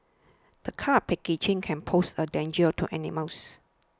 this kind of packaging can pose a danger to animals